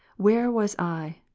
where was i,